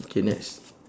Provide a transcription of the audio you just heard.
okay next